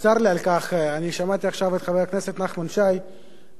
אני שמעתי עכשיו את חבר הכנסת נחמן שי מדבר בהתלהבות,